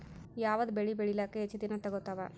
ಯಾವದ ಬೆಳಿ ಬೇಳಿಲಾಕ ಹೆಚ್ಚ ದಿನಾ ತೋಗತ್ತಾವ?